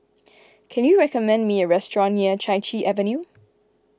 can you recommend me a restaurant near Chai Chee Avenue